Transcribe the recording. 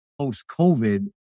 post-COVID